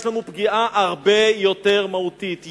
יש לנו פגיעה הרבה יותר מהותית,